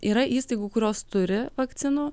yra įstaigų kurios turi vakcinų